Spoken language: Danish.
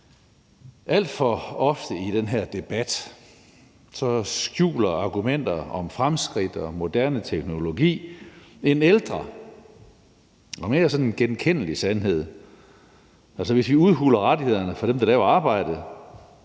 Alt for ofte i den her debat skjuler argumenter om fremskridt og moderne teknologi en ældre og mere sådan genkendelig sandhed: Hvis vi udhuler rettighederne for dem, der laver arbejdet